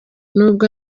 nubwo